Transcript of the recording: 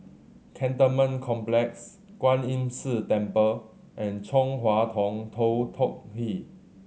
Cantonment Complex Kwan Imm See Temple and Chong Hua Tong Tou Teck Hwee